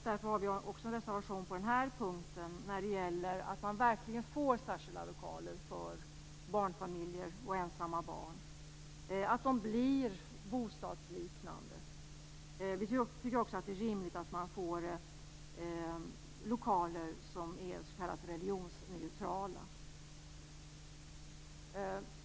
Därför har vi också en reservation på den punkten, när det gäller att man verkligen får särskilda lokaler för barnfamiljer och ensamma barn och att de blir bostadsliknande. Vi tycker också att det är rimligt att man får lokaler som är s.k. religionsneutrala.